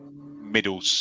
middle